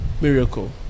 miracle